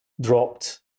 dropped